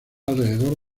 alrededor